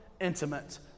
intimate